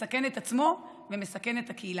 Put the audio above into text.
הוא מסכן את עצמו ומסכן את הקהילה.